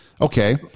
Okay